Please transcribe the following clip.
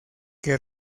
que